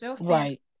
right